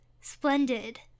splendid